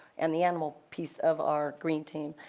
and the animal piece of our green team.